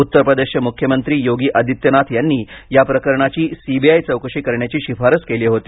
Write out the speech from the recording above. उत्तरप्रदेशचे मुख्यमंत्री योगी आदित्यनाथ यांनी या प्रकरणाची सी बी आय चौकशी करण्याची शिफारस केली होती